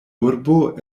urbo